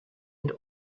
and